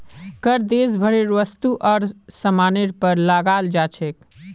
कर देश भरेर वस्तु आर सामानेर पर लगाल जा छेक